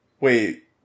wait